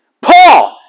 Paul